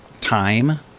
time